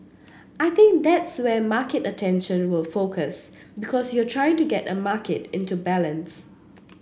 I think that's where market attention will focus because you're trying to get a market into balance